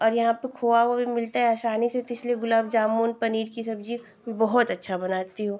और यहाँ पर खोवा ओवा भी मिलता है आसानी से तो इसलिए गुलाब ज़ामुन पनीर की सब्ज़ी बहुत अच्छा बनाती हूँ